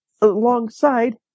alongside